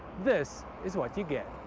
this is what you get.